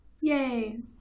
yay